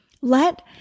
Let